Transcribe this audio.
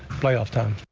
playoff time.